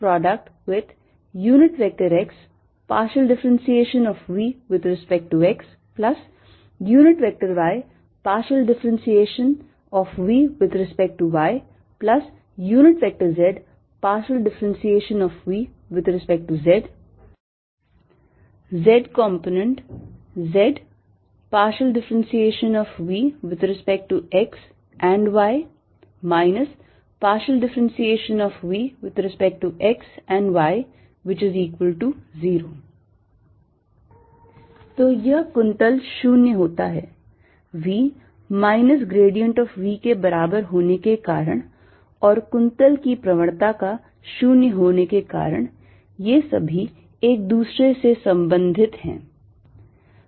x∂xy∂yz∂z×x∂V∂xy∂V∂yz∂V∂z z componentz2V∂x∂y 2V∂x∂y0 तो यह कुंतल 0 होता है V minus grad of V के बराबर होने के कारण और कुंतल की प्रवणता का 0 होने के कारण ये सभी एक दूसरे से संबंधित हैं